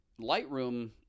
Lightroom